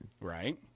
right